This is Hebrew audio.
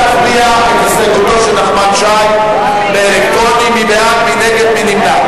הסתייגויות חד"ש לשלושת הסעיפים לא נתקבלו.